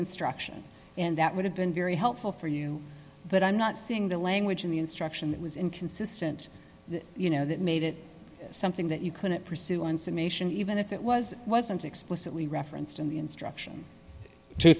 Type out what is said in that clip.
instruction and that would have been very helpful for you but i'm not seeing the language in the instruction that was inconsistent you know that made it something that you couldn't pursuance of nation even if it was wasn't explicitly referenced in the instruction t